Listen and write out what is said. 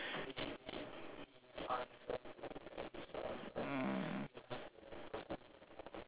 mm